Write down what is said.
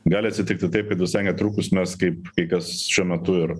gali atsitikti taip kad visai netrukus mes kaip kai kas šiuo metu ir